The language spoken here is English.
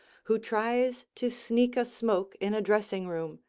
who tries to sneak a smoke in a dressing room,